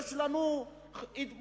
יש לנו מחויבויות.